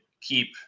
keep